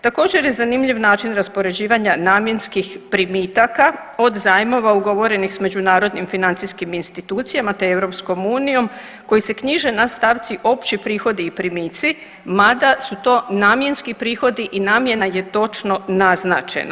Također je zanimljiv način raspoređivanja namjenskih primitaka od zajmova ugovorenih s međunarodnim financijskim institucijama te EU-om koji se knjiže na stavci opći prihodi i primici, mada su to namjenski prihodi i namjena je točno naznačena.